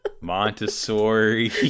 montessori